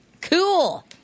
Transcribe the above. Cool